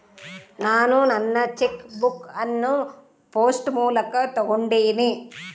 ನಾನು ನನ್ನ cheque book ಅನ್ನು ಪೋಸ್ಟ್ ಮೂಲಕ ತೊಗೊಂಡಿನಿ